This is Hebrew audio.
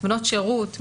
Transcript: בנות שירות,